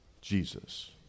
Jesus